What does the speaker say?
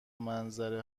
منظره